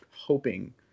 hoping